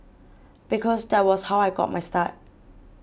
because that was how I got my start